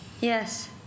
Yes